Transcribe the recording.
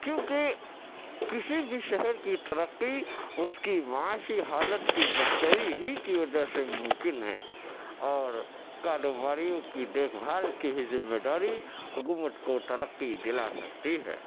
کیونکہ کسی بھی شہر کی ترقی اس کی معاشی حالت کی بہتری ہی کی وجہ سے ممکن ہے اور کاروباریوں کی دیکھ بھال کی ہی ذمے داری حکومت کو ترقی دلا سکتی ہے